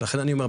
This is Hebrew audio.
לכן אני אומר,